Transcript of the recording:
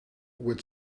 would